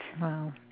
Wow